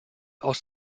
aus